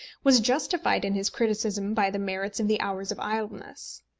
was justified in his criticism by the merits of the hours of idleness.